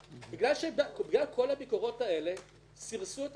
בגלל כל הביקורות האלה סירסו את הגוף הזה.